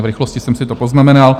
V rychlosti jsem si to poznamenal.